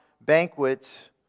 banquets